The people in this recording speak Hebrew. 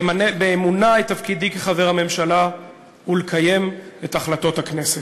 למלא באמונה את תפקידי כחבר הממשלה ולקיים את החלטות הכנסת.